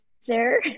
sir